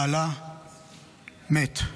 בעלה מת.